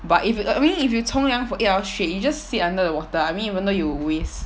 but if you re~ really if you 冲凉 for eight hours straight you just sit under the water I mean even though you waste